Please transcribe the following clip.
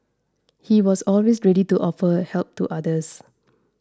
he was always ready to offer help to others